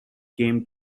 came